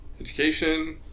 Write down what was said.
education